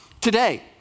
today